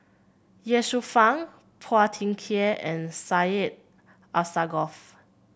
Ye Shufang Phua Thin Kiay and Syed Alsagoff